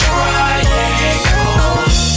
Triangle